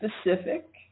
specific